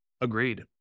agreed